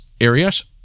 areas